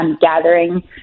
gathering